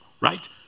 right